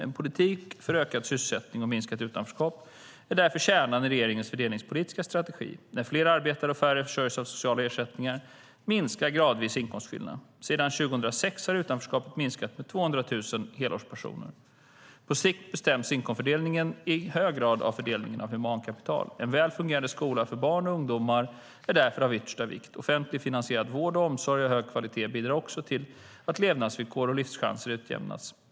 En politik för ökad sysselsättning och minskat utanförskap är därför kärnan i regeringens fördelningspolitiska strategi. När fler arbetar och färre försörjs av sociala ersättningar minskar gradvis inkomstskillnaderna. Sedan 2006 har utanförskapet minskat med 200 000 helårspersoner. På sikt bestäms inkomstfördelningen i hög grad av fördelningen av humankapital. En väl fungerande skola för barn och ungdomar är därför av yttersta vikt. Offentligt finansierad vård och omsorg av hög kvalitet bidrar också till att levnadsvillkor och livschanser utjämnas.